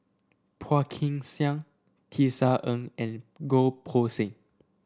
Phua Kin Siang Tisa Ng and Goh Poh Seng